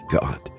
God